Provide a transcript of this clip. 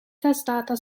testdata